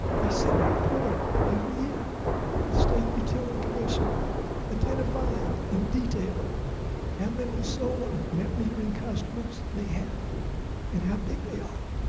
they send a report every year to the state utility commission identifying in detail and many so worth net metering customers they have and how big they are